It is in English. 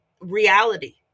reality